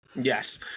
Yes